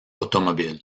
automobile